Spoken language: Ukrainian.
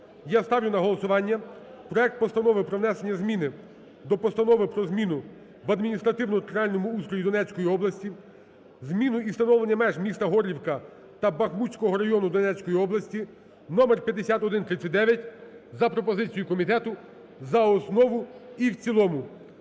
Я ставлю на голосування проект Постанови про внесення зміни до Постанови "Про зміни в адміністративно-територіальному устрої Донецької області, зміну і встановлення меж міста Горлівка та Бахмутського району Донецької області" (номер 5139) за пропозицією комітету за основу і в цілому.